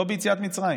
לא ביציאת מצרים,